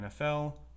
NFL